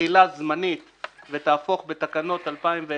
תחילה זמנית ותהפוך בתקנות 2020,